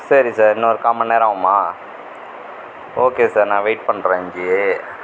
சரி சார் இன்னும் ஒரு கால்மணி நேரம் ஆகுமா ஓகே சார் நான் வெயிட் பண்றேன் இங்கேயே